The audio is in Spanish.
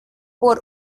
por